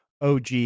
OG